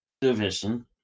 division